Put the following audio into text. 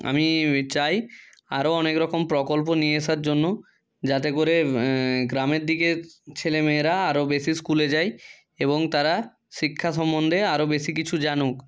আমি চাই আরও অনেকরকম প্রকল্প নিয়ে আসার জন্য যাতে করে গ্রামের দিকে ছেলে মেয়েরা আরও বেশি স্কুলে যায় এবং তারা শিক্ষা সম্বন্ধে আরও বেশি কিছু জানুক